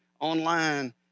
online